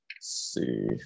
see